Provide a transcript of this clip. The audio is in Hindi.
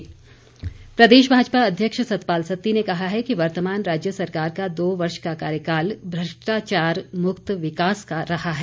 सत्ती प्रदेश भाजपा अध्यक्ष सतपाल सत्ती ने कहा है कि वर्तमान राज्य सरकार का दो वर्ष का कार्यकाल भ्रष्टाचार मुक्त विकास का रहा है